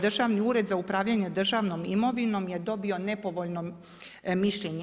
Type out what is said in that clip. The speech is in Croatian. Državni ured za upravljanje državnom imovinom je dobio nepovoljno mišljenje.